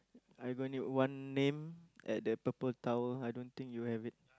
I have only one name at the purple tower I don't think you have it